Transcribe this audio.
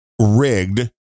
rigged